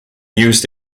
used